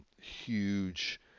huge